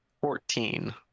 Fourteen